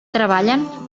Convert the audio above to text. treballen